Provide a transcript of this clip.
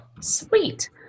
Sweet